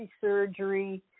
surgery